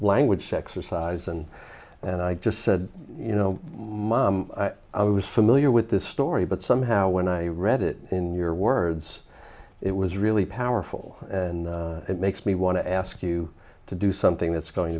language sexercise and and i just said you know mom i was familiar with this story but somehow when i read it in your words it was really powerful and it makes me want to ask you to do something that's going